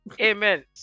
amen